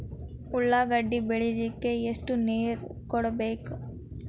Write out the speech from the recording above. ಉಳ್ಳಾಗಡ್ಡಿ ಬೆಳಿಲಿಕ್ಕೆ ಎಷ್ಟು ನೇರ ಕೊಡಬೇಕು?